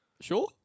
Sure